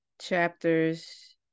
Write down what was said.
Chapters